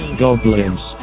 goblins